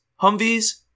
Humvees